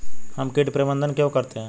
हम कीट प्रबंधन क्यों करते हैं?